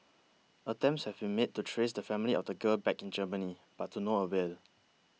attempts have been made to trace the family of the girl back in Germany but to no avail